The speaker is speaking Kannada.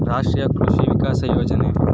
ರಾಷ್ಟ್ರೀಯ ಕೃಷಿ ವಿಕಾಸ ಯೋಜನೆ